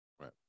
Right